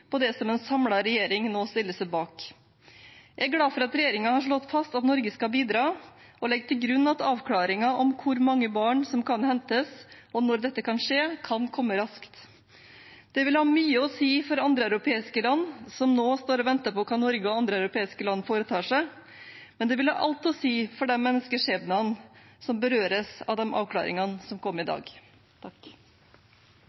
på det som en samlet regjering nå stiller seg bak. Jeg er glad for at regjeringen har slått fast at Norge skal bidra, og legger til grunn at avklaringen om hvor mange barn som kan hentes, og når dette kan skje, kan komme raskt. Det vil ha mye å si for andre europeiske land som nå står og venter på hva Norge og andre europeiske land foretar seg, men det vil ha alt å si for de menneskeskjebnene som berøres av de avklaringene som kom i